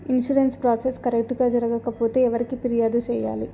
insurance process correct గా జరగకపోతే ఎవరికి ఫిర్యాదు సేయాలి